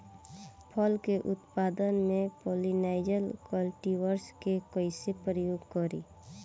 फल के उत्पादन मे पॉलिनाइजर कल्टीवर्स के कइसे प्रयोग करी?